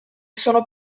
sono